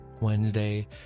Wednesday